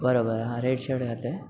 बरोबर हां red shirt घातला आहे